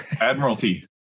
admiralty